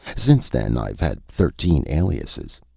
since then i've had thirteen aliases.